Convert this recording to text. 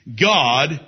God